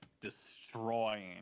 destroying